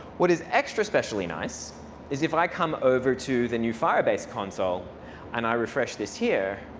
what is extra specially nice is if i come over to the new firebase console and i refresh this here